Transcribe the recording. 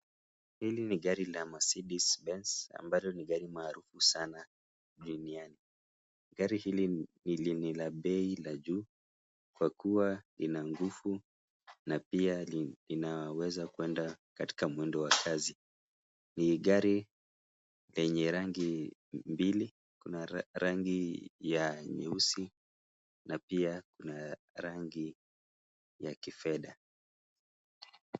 Hili ni gari la Mercedes Benz ambalo ni gari maarufu sana duniani, gari hili ni la bei la juu, kwa kuwa lina nguvu na pia linaweza kwenda katika mwendo wa kasi. Ni gari lenye rangi mbili, kuna rangi ya nyeusi na pia kuna rangi ya kifedha.